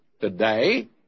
today